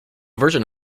version